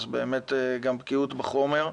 אז גם בקיאות בחומר.